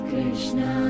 Krishna